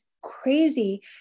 crazy